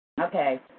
okay